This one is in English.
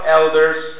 elders